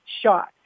shot